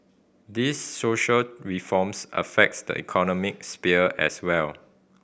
these social reforms affects the economic sphere as well